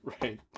Right